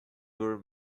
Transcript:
were